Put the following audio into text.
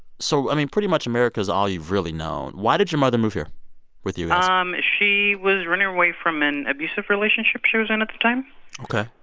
so i mean, pretty much america is all you really know. why did your mother move here with you? um she was running away from an abusive relationship she was in at the time ok,